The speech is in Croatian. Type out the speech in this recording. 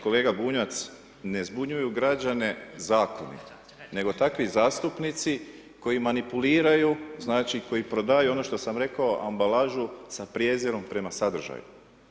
Kolega Bunjac, ne zbunjuju građane zakoni nego takvi zastupnici koji manipuliraju, znači koji prodaju ono što sam rekao, ambalažu sa prijezirom prema sadržaju.